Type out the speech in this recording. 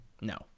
No